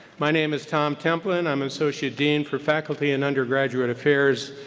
my name is tom templin, i'm associate dean for faculty and undergraduate affairs,